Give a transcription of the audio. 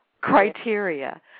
criteria